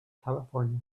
california